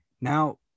Now